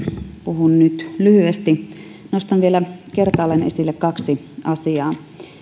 puhun nyt lyhyesti nostan vielä kertaalleen esille kaksi asiaa minä